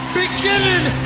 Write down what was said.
beginning